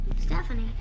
Stephanie